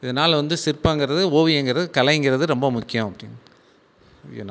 இதனால் வந்து சிற்பங்கிறது ஓவியங்கிறது கலைங்கிறது ரொம்ப முக்கியம் அப்படின்னு